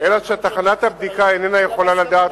אלא שתחנת הבדיקה איננה יכולה לדעת